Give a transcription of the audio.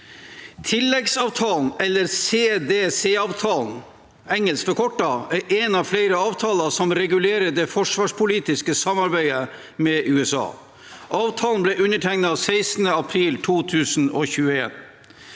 Tilleggsavtalen, eller SDCA-avtalen i engelsk forkortelse, er en av flere avtaler som regulerer det forsvarspolitiske samarbeidet med USA. Avtalen ble undertegnet 16. april 2021.